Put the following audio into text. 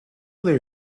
their